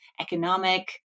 economic